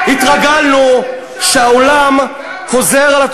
התרגלנו שהעולם חוזר על התעמולה הפלסטינית,